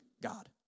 God